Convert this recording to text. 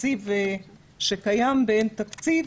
תקציב שקיים באין תקציב,